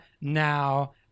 Now